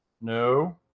No